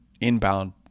inbound